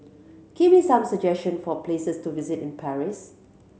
give me some suggestion for places to visit in Paris